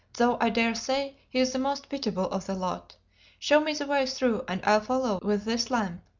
though i daresay he's the most pitiable of the lot show me the way through, and i'll follow with this lamp.